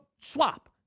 swap